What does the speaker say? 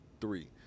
three